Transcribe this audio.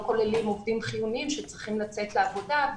כוללים עובדים חיוניים שצריכים לצאת לעבודה.